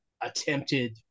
attempted